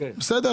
בסדר.